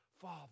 Father